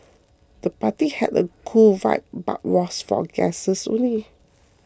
the party had a cool vibe but was for guests only